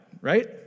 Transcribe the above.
right